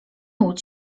łudź